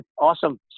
Awesome